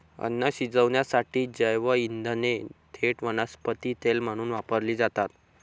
अन्न शिजवण्यासाठी जैवइंधने थेट वनस्पती तेल म्हणून वापरली जातात